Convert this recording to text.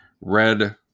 red